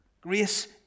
Grace